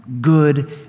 good